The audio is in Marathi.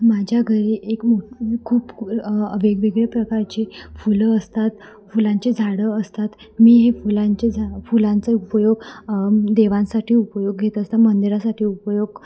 माझ्या घरी एक मो खूप वेगवेगळ्या प्रकारची फुलं असतात फुलांची झाडं असतात मी ही फुलांचे झा फुलांचा उपयोग देवांसाठी उपयोग घेत असतात मंदिरासाठी उपयोग